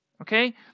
okay